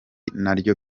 naryo